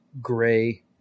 gray